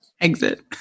Exit